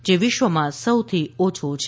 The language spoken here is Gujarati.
જે વિશ્વમાં સૌથી ઓછો છે